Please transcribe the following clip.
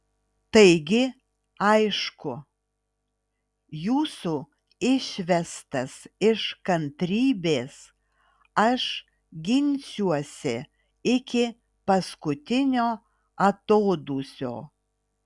taigi aišku jūsų išvestas iš kantrybės aš ginsiuosi iki paskutinio atodūsio